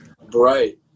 Right